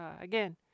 again